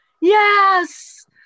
Yes